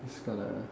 just gonna